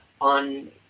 on